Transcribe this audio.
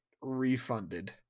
refunded